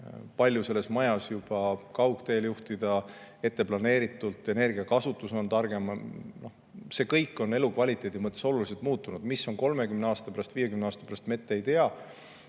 palju selles majas juba kaugteel juhtida, etteplaneeritult, energiakasutus on targem. See kõik on elukvaliteedi mõttes oluliselt muutunud. Mis on 30 aasta pärast, 50 aasta pärast, me ette ei tea.